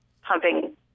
pumping